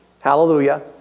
Hallelujah